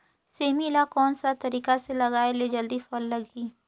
सेमी ला कोन सा तरीका से लगाय ले जल्दी फल लगही?